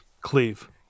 Cleave